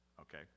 okay